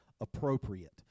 appropriate